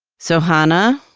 so, hanna?